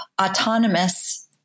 autonomous